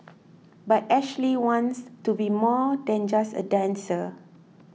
but Ashley wants to be more than just a dancer